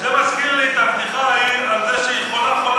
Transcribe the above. זה מזכיר לי את הבדיחה ההיא על זה שהיא חולה-חולה-חולה,